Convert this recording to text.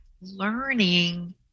learning